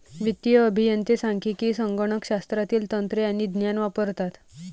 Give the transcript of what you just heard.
वित्तीय अभियंते सांख्यिकी, संगणक शास्त्रातील तंत्रे आणि ज्ञान वापरतात